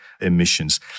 emissions